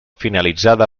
finalitzada